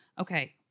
okay